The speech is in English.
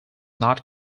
not